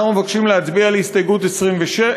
אנחנו מבקשים להצביע על הסתייגות 24,